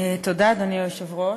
אדוני היושב-ראש,